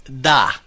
da